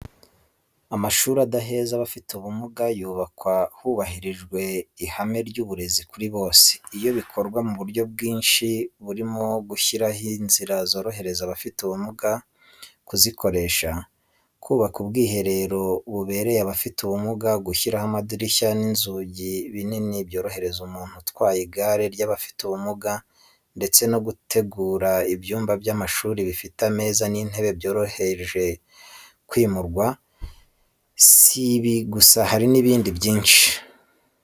Amashuri adaheza abafite ubumuga, yubakwa hubahirijwe ihame ry’uburezi kuri bose. Ibyo bikorwa mu buryo bwinshi burimo gushyiraho inzira zorohereza abafite ubumuga kuzikoresha, kubaka ubwiherero bubereye abafite ubumuga, gushyiramo amadirishya n’inzugi binini byorohereza umuntu utwaye igare ry’abafite ubumuga, ndetse no gutegura ibyumba by’amashuri bifite ameza n’intebe byoroheje kwimurwa. Si ibi gusa hari n’ibindi byinshi.